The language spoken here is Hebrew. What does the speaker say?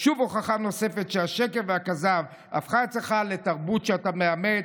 שוב הוכחה נוספת שהשקר והכזב הפכו אצלך לתרבות שאתה מאמץ,